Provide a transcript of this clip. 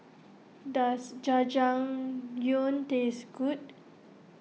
does Jajangmyeon taste good